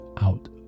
out